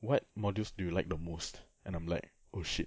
what modules do you like the most and I'm like oh shit